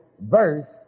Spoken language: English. verse